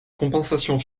compensation